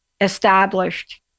established